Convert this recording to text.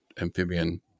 amphibian